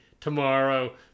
tomorrow